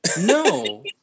No